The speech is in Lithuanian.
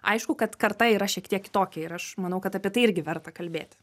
aišku kad karta yra šiek tiek kitokia ir aš manau kad apie tai irgi verta kalbėti